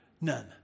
none